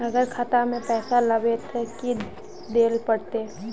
अगर खाता में पैसा लेबे ते की की देल पड़ते?